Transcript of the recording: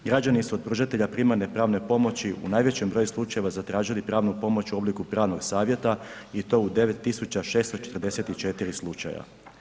Građani su od pružatelja primarne pravne pomoći u najvećem broju slučajeva zatražili pravnu pomoć u obliku pravnog savjeta i to u 9 644 slučaja.